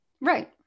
right